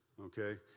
okay